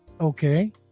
Okay